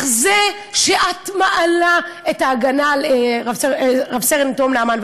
זה שאת מעלה את ההגנה על רב-סרן תום נעמן?